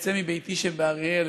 יוצא מביתי שבאריאל,